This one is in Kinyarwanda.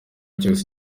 cyose